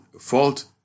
fault